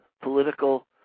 political